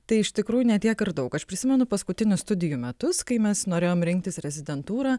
tai iš tikrųjų ne tiek ir daug aš prisimenu paskutinius studijų metus kai mes norėjom rinktis rezidentūrą